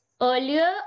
Earlier